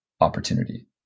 opportunity